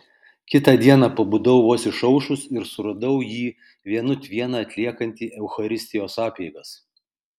kitą dieną pabudau vos išaušus ir suradau jį vienut vieną atliekantį eucharistijos apeigas